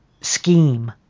scheme